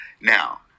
Now